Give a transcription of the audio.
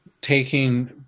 taking